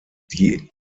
die